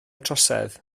trosedd